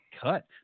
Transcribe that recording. cut